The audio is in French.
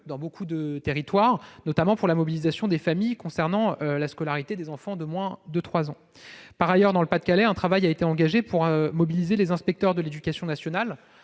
dans de nombreux territoires, notamment pour la mobilisation des familles concernant la scolarité des enfants de moins de 3 ans. Par ailleurs, dans le Pas-de-Calais, un travail a été engagé pour mobiliser les inspecteurs de l'éducation nationale,